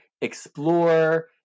explore